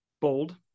Bold